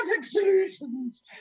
solutions